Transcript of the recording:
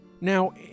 now